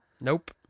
Nope